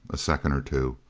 a second or two.